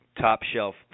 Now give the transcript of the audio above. top-shelf